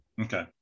Okay